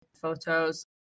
photos